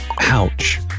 Ouch